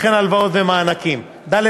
וכן הלוואות ומענקים; ד.